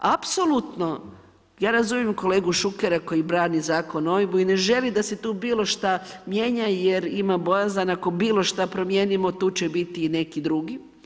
Apsolutno, ja razumijem kolegu Šukera koji brani Zakon o OIB-u i ne želi da se tu bilo šta mijenja jer ima bojazan da ako bilo šta promijenimo tu će biti neki drugi.